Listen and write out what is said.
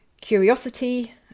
curiosity